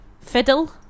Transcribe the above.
fiddle